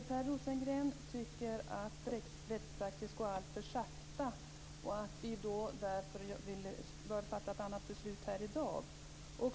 Herr talman! Per Rosengren tycker att rättspraxisutvecklingen går alltför sakta och att vi därför bör fatta ett annat beslut här i dag.